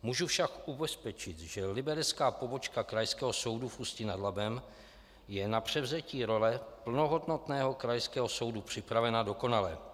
Můžu však ubezpečit, že liberecká pobočka Krajského soudu v Ústí nad Labem je na převzetí role plnohodnotného krajského soudu připravena dokonale.